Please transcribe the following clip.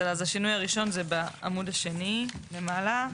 השינוי הראשון בעמוד השני למעלה,